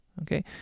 okay